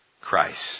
Christ